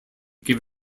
gave